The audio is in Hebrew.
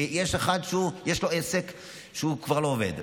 כי יש אחד שיש לו עסק שכבר לא עובד.